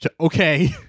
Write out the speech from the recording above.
Okay